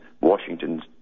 Washington